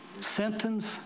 Sentence